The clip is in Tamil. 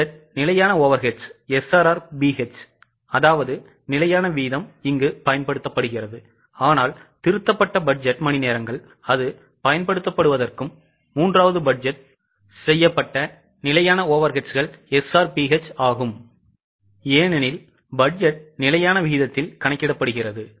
பட்ஜெட் நிலையான Overheads SRRBHஅதாவது நிலையான வீதம் பயன்படுத்தப்படுகிறது ஆனால் திருத்தப்பட்ட பட்ஜெட் மணிநேரங்கள் அது பயன்படுத்தப்படுவதற்கும் மூன்றாவது பட்ஜெட் செய்யப்பட்ட நிலையான Overheadsகள் SRBH ஆகும் ஏனெனில் பட்ஜெட் நிலையான விகிதத்தில் கணக்கிடப்படுகிறது